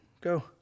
Go